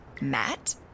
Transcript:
Matt